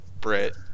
Brit